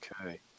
Okay